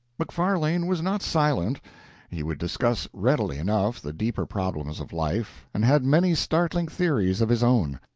macfarlane was not silent he would discuss readily enough the deeper problems of life and had many startling theories of his own.